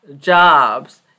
jobs